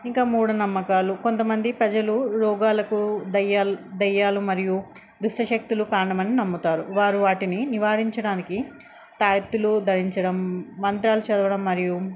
ఇంకా మూఢ నమ్మకాలు కొంతమంది ప్రజలు రోగాలకు దయ్యాలు మరియు దుష్టశక్తులు కారణమని నమ్ముతారు వారు వాటిని నివారించడానికి తాయత్తులు ధరించడం మంత్రాలు చదవడం మరియు